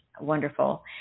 wonderful